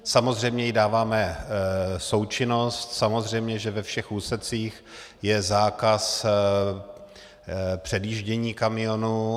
Samozřejmě jí dáváme součinnost, samozřejmě že ve všech úsecích je zákaz předjíždění kamionů.